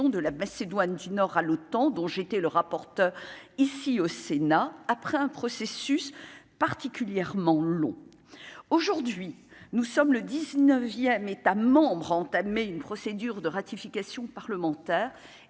de la Macédoine du Nord à l'OTAN, dont j'étais le rapporteur ici au Sénat après un processus particulièrement long, aujourd'hui nous sommes le 19ème États entamé une procédure de ratification parlementaire